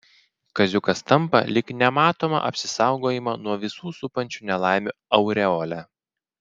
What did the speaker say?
kaziukas tampa lyg nematoma apsisaugojimo nuo visų supančių nelaimių aureole